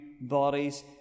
bodies